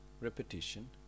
repetition